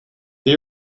they